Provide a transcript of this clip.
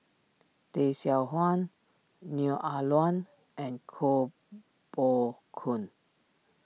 Tay Seow Huah Neo Ah Luan and Koh Poh Koon